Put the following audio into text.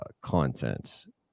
content